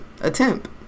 Attempt